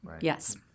yes